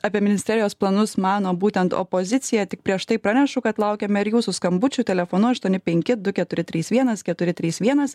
apie ministerijos planus mano būtent opozicija tik prieš tai pranešu kad laukiame ir jūsų skambučių telefonu aštuoni penki du keturi trys vienas keturi trys vienas